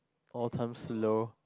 all terms low